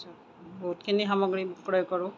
বহুতখিনি সামগ্ৰী ক্ৰয় কৰোঁ